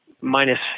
minus